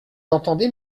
entendez